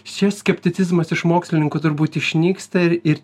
šis skepticizmas iš mokslininkų turbūt išnyksta ir ir